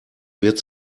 wird